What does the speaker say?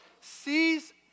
sees